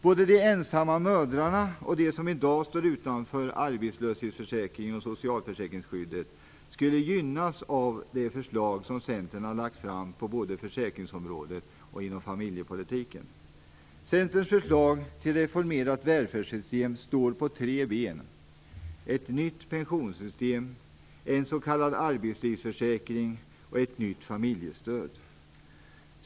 Både de ensamma mödrarna och de som i dag står utanför arbetslöshetsförsäkrings och socialförsäkringsskyddet skulle gynnas av det förslag som Centern har lagt fram på försäkringsområdet och inom familjepolitiken. Centerns förslag till reformerat välfärdssystem står på tre ben. Ett nytt pensionssystem, en s.k. arbetslivsförsäkring och ett nytt familjestöd.